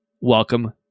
welcome